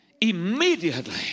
immediately